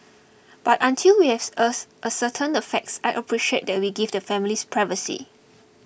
but until we as ascertained the facts I appreciate that we give the families privacy